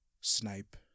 snipe